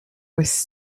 was